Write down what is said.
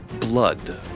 blood